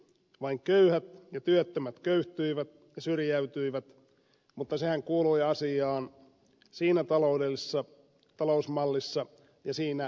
vain köyhät ja työttömät köyhtyivät ja syrjäytyivät mutta sehän kuului asiaan siinä talousmallissa ja siinä talouspolitiikassa